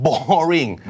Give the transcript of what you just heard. Boring